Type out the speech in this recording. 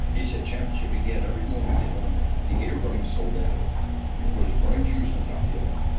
he said championship began every morning the alarm went off. he hated running so bad he put his running shoes on top of the alarm.